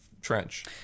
trench